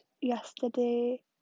yesterday